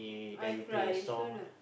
I cry sure not